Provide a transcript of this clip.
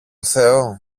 θεό